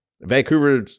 Vancouver